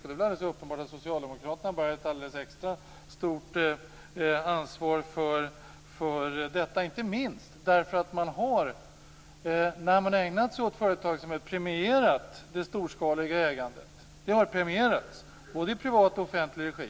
Det är alldeles uppenbart att Socialdemokraterna bär ett alldeles extra stort ansvar för detta, inte minst därför att man, när man har ägnat sig åt företagsamhet, har premierat det storskaliga ägandet. Det har premierats både i privat och offentlig regi.